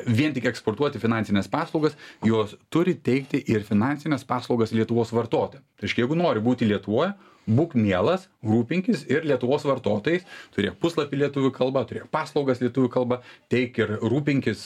vien tik eksportuoti finansines paslaugas jos turi teikti ir finansines paslaugas lietuvos vartotojam reiškia jeigu nori būti lietuvoj būk mielas rūpinkis ir lietuvos vartotojais turėk puslapį lietuvių kalba turėk paslaugas lietuvių kalba teik ir rūpinkis